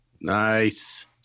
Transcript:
Nice